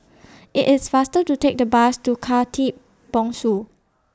IT IS faster to Take The Bus to Khatib Bongsu